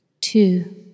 Two